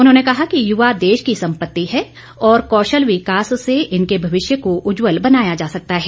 उन्होंने कहा कि युवा देश की सम्पत्ति है और कौशल विकास से इनके भविष्य को उज्जवल बनाया जा सकता है